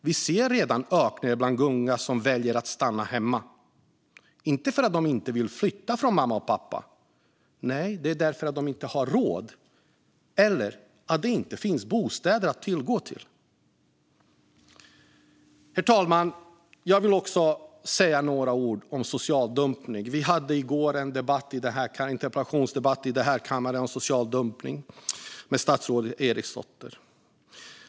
Vi ser redan nu ökningen bland unga som väljer att stanna hemma, inte för att de inte vill flytta ifrån mamma och pappa utan för att de inte har råd eller för att det inte finns bostäder att tillgå. Herr talman! Jag vill också säga några ord om social dumpning. I går hade vi en interpellationsdebatt i kammaren om social dumpning med statsrådet Erik Slottner.